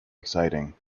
exciting